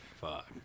Fuck